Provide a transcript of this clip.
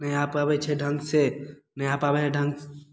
नहि यहाँ पर अबैत छै ढङ्ग से नहि इहाँपर आबैत हइ ढङ्ग